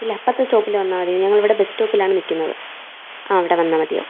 ഇല്ല അപ്പുറത്തെ സ്റ്റോപ്പിൽ വന്നാൽ മതി ഞങ്ങളിവിടെ ബസ് സ്റ്റോപ്പിലാണ് നിൽക്കുന്നത് ആ അവിടെ വന്നാൽ മതിയാവും